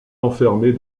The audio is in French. enfermés